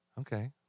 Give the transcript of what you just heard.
okay